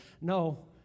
No